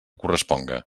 corresponga